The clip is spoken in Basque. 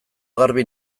garbi